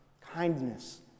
kindness